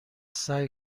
سعی